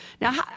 Now